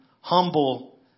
humble